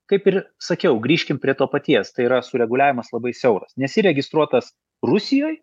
kaip ir sakiau grįžkim prie to paties tai yra sureguliavimas labai siauras nesi registruotas rusijoj